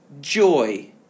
joy